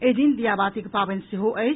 एहि दिन दीयावातिक पावनि सेहो अछि